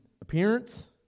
appearance